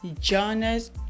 jonas